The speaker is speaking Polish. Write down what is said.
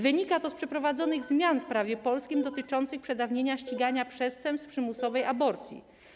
Wynika to z wprowadzonych zmian w prawie polskim dotyczących przedawnienia ścigania przestępstwa przymusowej aborcji.